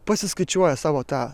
pasiskaičiuoja savo tą